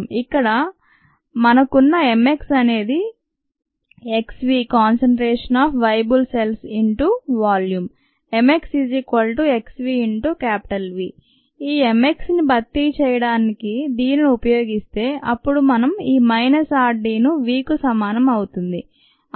కనుక ఇక్కడ మనకున్న m x అనేది x v concentration of viable cells in volume mxxvV ఈ m x ని భర్తీ చేయడానికి దీనిని ఉపయోగిస్తే అప్పుడు మనం ఈ మైనస్ r dని Vకు సమానం అవుతుంది